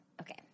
Okay